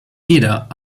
jeder